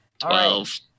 Twelve